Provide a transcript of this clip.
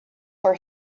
for